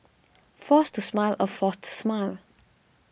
force to smile a forced smile